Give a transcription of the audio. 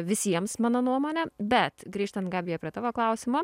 visiems mano nuomone bet grįžtant gabija prie tavo klausimo